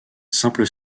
simple